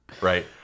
right